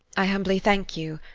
i humbly thank you.